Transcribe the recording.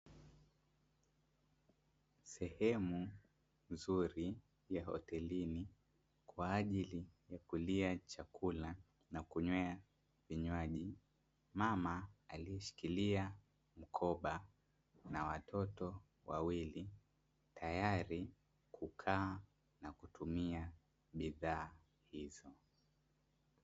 Sehemu nzuri ya hotelini, kwa ajili ya kulia chakula na kunywea vinywaji, mama alieshikilia mkoba na watoto wawili, tayari kukaa na kutumia bidhaa hizo.